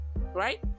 right